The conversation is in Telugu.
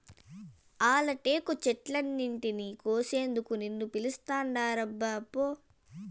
ఆల టేకు చెట్లన్నింటినీ కోసేందుకు నిన్ను పిలుస్తాండారబ్బా పో